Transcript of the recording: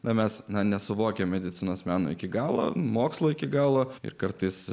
na mes na nesuvokia medicinos meno iki galo mokslo iki galo ir kartais